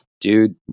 dude